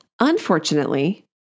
Unfortunately